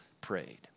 prayed